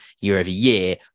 year-over-year